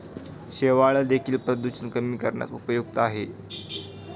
शेवाळं देखील प्रदूषण कमी करण्यास उपयुक्त आहे